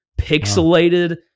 pixelated